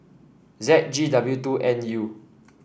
Z G W two N U